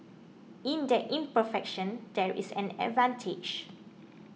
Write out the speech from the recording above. in that imperfection there is an advantage